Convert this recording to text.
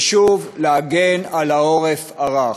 ושוב, להגן על העורף הרך,